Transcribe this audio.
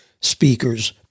speaker's